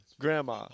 Grandma